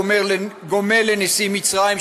גומל לנשיא מצרים,